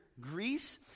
Greece